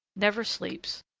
never sleeps,